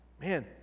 Man